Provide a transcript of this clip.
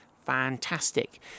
Fantastic